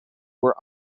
were